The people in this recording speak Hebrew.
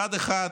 צד אחד,